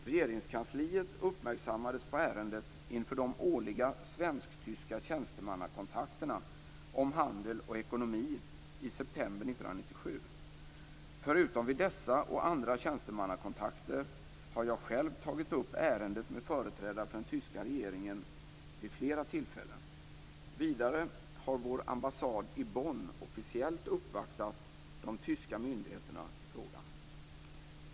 Regeringskansliet uppmärksammades på ärendet inför de årliga svensk-tyska tjänstemannakontakterna om handel och ekonomi i september 1997. Förutom vid dessa och andra tjänstemannakontakter har jag själv tagit upp ärendet med företrädare för den tyska regeringen vid flera tillfällen. Vidare har vår ambassad i Bonn officiellt uppvaktat de tyska myndigheterna i frågan.